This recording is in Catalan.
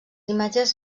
imatges